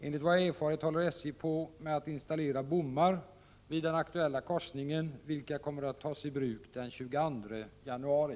Enligt vad jag erfarit håller SJ på med att installera bommar vid den aktuella korsningen, vilka kommer att tas i bruk den 22 januari.